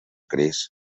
gris